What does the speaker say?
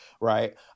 right